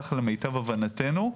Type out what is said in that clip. ככה למיטב הבנתנו.